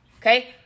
okay